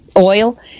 oil